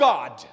God